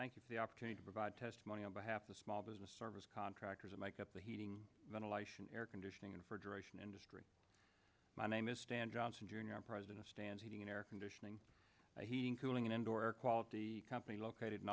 thank you for the opportunity to provide testimony on behalf of small business service contractors and make up the heating ventilation air conditioning and for duration industry my name is stand johnson during our president stands heating air conditioning heating cooling an indoor air quality company located in